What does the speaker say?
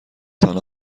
تان